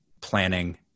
planning